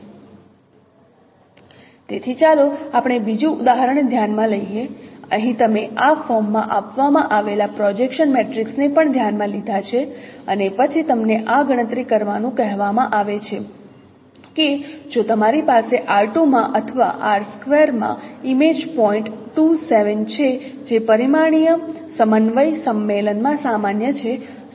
તેથી ચાલો આપણે બીજું ઉદાહરણ ધ્યાન માં લઈએ અહીં તમે આ ફોર્મમાં આપવામાં આવેલા પ્રોજેક્શન મેટ્રિક્સને પણ ધ્યાન માં લીધા છે અને પછી તમને આ ગણતરી કરવાનું કહેવામાં આવે છે કે જો તમારી પાસે R2 માં અથવા R સ્ક્વેરમાં ઇમેજ પોઇન્ટ 2 7 છે જે પરિમાણીય સમન્વય સંમેલન માં સામાન્ય છે